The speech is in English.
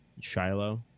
Shiloh